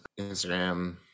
Instagram